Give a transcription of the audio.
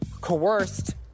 coerced